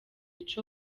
ico